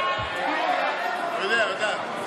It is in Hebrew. למה אבידר בחוץ?